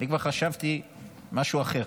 אני כבר חשבתי משהו אחר.